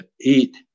eat